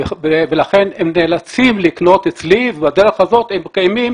לכן הם נאלצים לקנות אצלי ובדרך הזאת הם מקיימים